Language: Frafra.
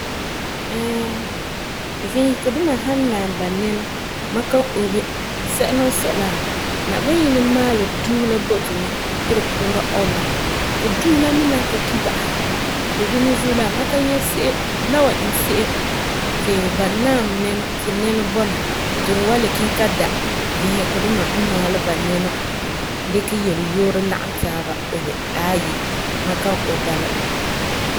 viisegɔ duma san naam ba nɛnɔ ma kan ɔbe sɛla n sɔi la Nabayinɛ maalɛ dusi la bɔ to mɛ ti tu kuura ɔbera ti dusi la me na ka mi ba'asɛ ti dina zuo la ma ka se'em, la wan iŋɛ se'em ti ba nama nɛnɔ ti nɛnɔ bɔna ti n wan le kiŋɛ ta da viisegɔ duma n maalɛ ba nɛnɔ dikɛ yeleyooro lagum taaba obe, aayi ma kan obe bala.